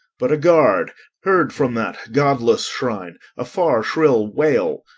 but a guard heard from that godless shrine a far shrill wail,